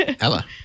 Ella